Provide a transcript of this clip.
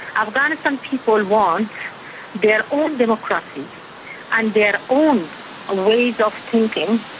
afghanistan people and want their own democracy and their own ah ways of thinking,